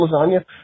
lasagna